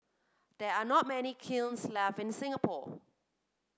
there are not many kilns left in Singapore